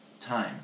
time